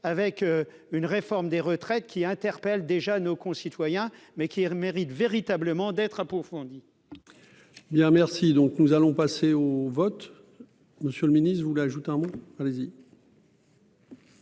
avec une réforme des retraites qui interpelle déjà nos concitoyens mais qui méritent véritablement d'être approfondie.